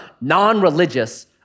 non-religious